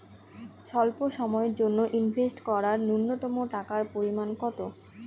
স্বল্প সময়ের জন্য ইনভেস্ট করার নূন্যতম টাকার পরিমাণ কত?